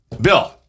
Bill